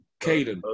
Caden